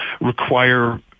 require